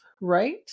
right